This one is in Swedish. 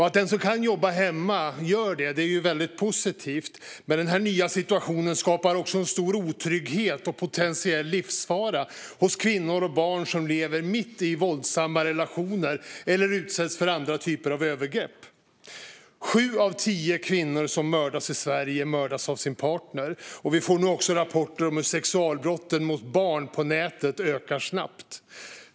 Att den som kan jobba hemma gör detta är positivt, men den nya situationen skapar stor otrygghet och potentiell livsfara för kvinnor och barn som lever mitt i våldsamma relationer eller utsätts för andra typer av övergrepp. Sju av tio kvinnor som mördas i Sverige mördas av sin partner, och nu får vi rapporter om hur sexualbrotten mot barn på nätet ökar snabbt.